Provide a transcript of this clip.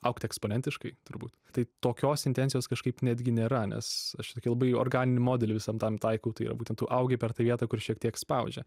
augti eksponentiškai turbūt tai tokios intencijos kažkaip netgi nėra nes aš čia tokį labai organinį modelį visam tam taikau tai yra būtent tu augi per tą vietą kur šiek tiek spaudžia